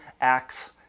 Acts